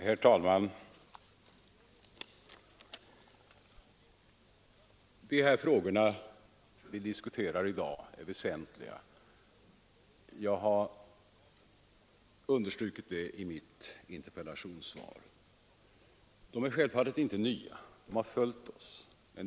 Herr talman! De frågor vi diskuterar i dag är väsentliga. Jag har understrukit det i mitt interpellationssvar. Frågorna är självfallet inte nya — de har följt oss länge.